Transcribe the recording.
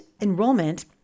enrollment